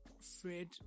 Fred